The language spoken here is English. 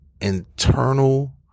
internal